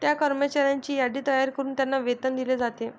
त्या कर्मचाऱ्यांची यादी तयार करून त्यांना वेतन दिले जाते